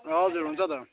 हजुर हुन्छ त